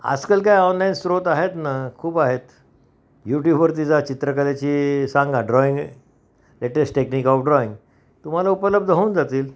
आजकाल काय ऑनलाईन स्रोत आहेत ना खूप आहेत यूट्यूबवरती ज चित्रकलेची सांगा drawing latest technique of drawing तुम्हाला उपलब्ध होऊन जातील